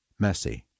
Messi